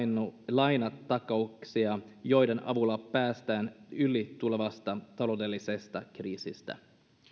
lainatakauksia joiden avulla päästään yli tulevasta taloudellisesta kriisistä